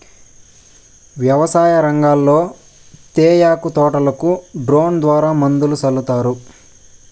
వ్యవసాయ రంగంలో తేయాకు తోటలకు డ్రోన్ ద్వారా మందులు సల్లుతారు